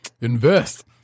Invest